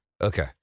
Okay